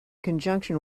conjunction